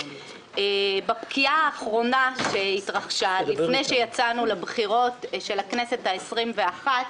בפקיעה האחרונה שהתרחשה לפני שיצאנו לבחירות של הכנסת העשרים-ואחת